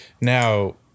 now